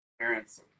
parents